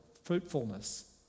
fruitfulness